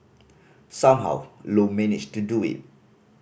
somehow Low managed to do it